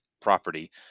property